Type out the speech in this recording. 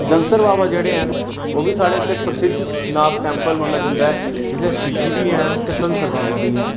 धनसर बाबा जेह्ड़े हैन ओह् बी साढ़े इत्थै प्रसिद्ध नाग टैंपल मन्नेआ जंदा ऐ जित्थै शिवजी बी हैन ते धनसर बाबा बी हैन